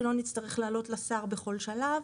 שלא נצטרך לעלות לשר בכל שלב,